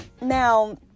Now